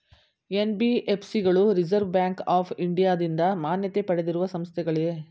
NBFC ಗಳು reserve bank of ಇಂಡಿಯಾದಿಂದ ಮಾನ್ಯತೆ ಪಡೆದಿರುವ ಸಂಸ್ಥೆಗಳೇ?